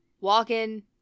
walking